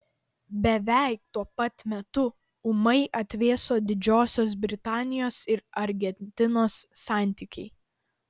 beveik tuo pat metu ūmai atvėso didžiosios britanijos ir argentinos santykiai